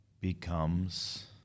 becomes